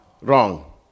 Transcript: wrong